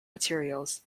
materials